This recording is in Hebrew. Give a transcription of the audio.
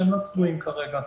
שהם לא "צבועים" כרגע.